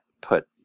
put